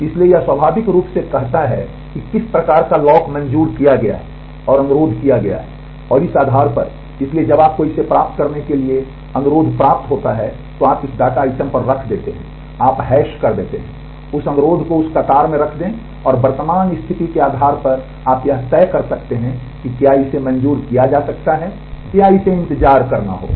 इसलिए यह स्वाभाविक रूप से कहता है कि किस प्रकार का लॉक मंजूर किया गया है और अनुरोध किया गया है और इस आधार पर इसलिए जब आपको इसे प्राप्त करने के लिए अनुरोध प्राप्त होता है तो आप इसे उस डेटा आइटम पर रख देते हैं आप हैश कर देते हैं उस अनुरोध को उस कतार में रख दें और वर्तमान स्थिति के आधार पर आप यह तय कर सकते हैं कि क्या इसे मंजूर किया जा सकता है या इसे इंतजार करना होगा